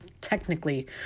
technically